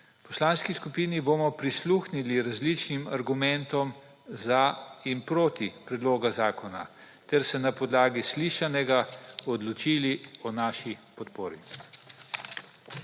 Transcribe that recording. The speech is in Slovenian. poslanski skupini bomo prisluhnili različnim argumentom za in proti predloga zakona ter se na podlagi slišanega odločili o naši podpori.